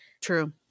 True